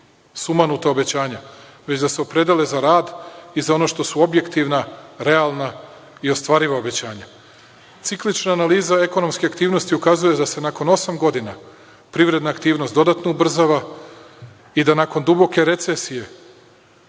sumanuta obećanja, već da se opredele za rad i za ono što su objektivna, realna i ostvariva obećanja. Ciklična analiza ekonomske aktivnosti ukazuje da se nakon osam godina privredna aktivnost dodatno ubrzava i da nakon duboke recesije